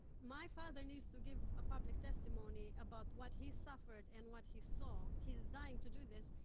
my father needs to give a public testimony about what he suffered and what he saw. he is dying to do this,